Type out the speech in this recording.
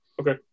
Okay